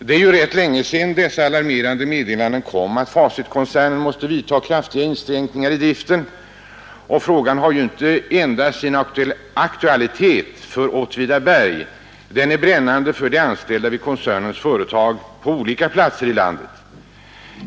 Det är rätt länge sedan dessa alarmerande meddelanden kom att Facitkoncernen måste vidta kraftiga inskränkningar i driften. Frågan har s inte endast sin aktualitet för Åtvidaberg, den är brännande för de anställda vid koncernens företag på olika platser i landet.